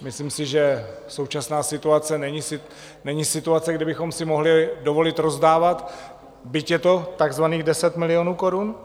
Myslím si, že současná situace není situace, kdy bychom si mohli dovolit rozdávat, byť je to takzvaných 10 milionů korun.